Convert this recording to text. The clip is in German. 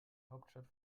hauptstadt